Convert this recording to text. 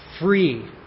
free